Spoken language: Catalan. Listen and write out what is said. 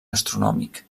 astronòmic